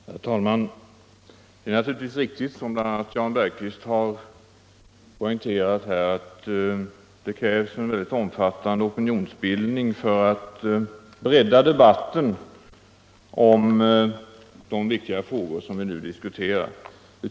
Herr talman! Det är naturligtvis riktigt, som bl.a. Jan Bergqvist har poängterat, att det krävs en omfattande opinionsbildning för att bredda debatten om de viktiga frågor som vi nu diskuterar.